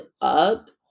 up